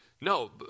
No